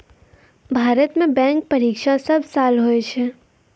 भारत मे बैंक परीक्षा सब साल हुवै छै